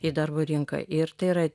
į darbo rinką ir tai yra